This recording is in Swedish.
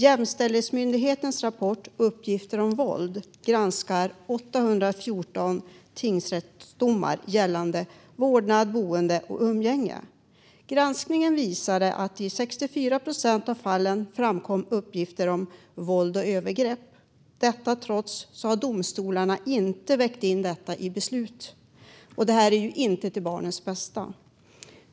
Jämställdhetsmyndighetens rapport Uppgifter om våld är inget undantag granskar 814 tingsrättsdomar gällande vårdnad, boende och umgänge. Granskningen visar att i 64 procent av fallen framkom uppgifter om våld och övergrepp. Detta till trots har domstolarna inte vägt in det i sina beslut. Detta är inte till barnets bästa.